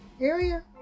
Area